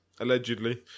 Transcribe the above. Allegedly